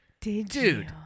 dude